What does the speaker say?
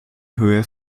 höhe